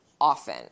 often